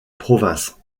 province